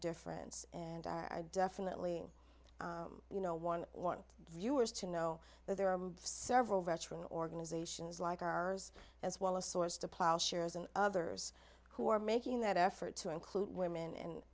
difference and are definitely you know one want viewers to know that there are several veteran organizations like ours as well a source to plow shares and others who are making that effort to include women and